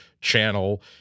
channel